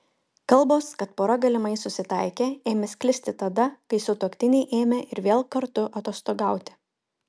kalbos kad pora galimai susitaikė ėmė sklisti tada kai sutuoktiniai ėmė ir vėl kartu atostogauti